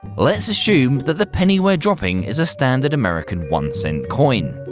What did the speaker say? let's assume that the penny we're dropping is a standard american one-cent coin.